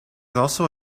also